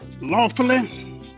lawfully